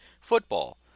football